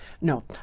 No